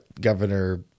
Governor